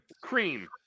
Cream